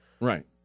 Right